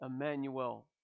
Emmanuel